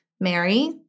Mary